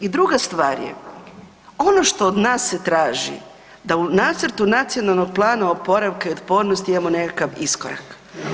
I druga stvar je, ono što od nas se traži da u nacrtu Nacionalnog plana oporavka i otpornosti imamo nekakav iskorak.